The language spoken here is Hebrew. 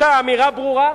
אמירה ברורה.